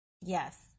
Yes